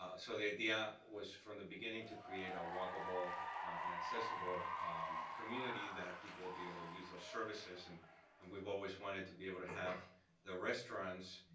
ah so the idea was from the beginning to create a walkable and accessible community that people will be able to use those services, and and we've always wanted to be able to have the restaurants